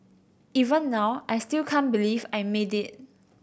even now I still can't believe I made it